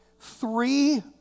three